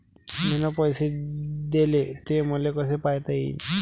मिन पैसे देले, ते मले कसे पायता येईन?